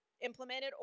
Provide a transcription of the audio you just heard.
implemented